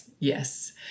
Yes